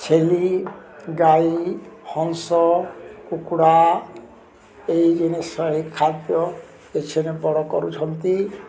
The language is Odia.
ଛେଳି ଗାଈ ହଂସ କୁକୁଡ଼ା ଏଇ ଜିନିଷ ଖାଦ୍ୟ ବଡ଼ କରୁଛନ୍ତି